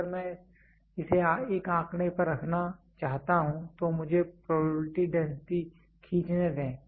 अगर मैं इसे एक आंकड़े पर रखना चाहता हूं तो मुझे प्रोबेबिलिटी डेंसिटी खींचने दें